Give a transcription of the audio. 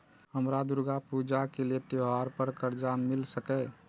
हमरा दुर्गा पूजा के लिए त्योहार पर कर्जा मिल सकय?